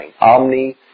Omni